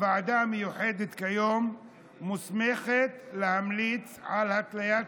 הוועדה המיוחדת מוסמכת להמליץ על התליית